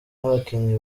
n’abakinnyi